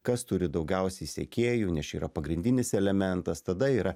kas turi daugiausiai sekėjų nes čia yra pagrindinis elementas tada yra